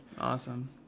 Awesome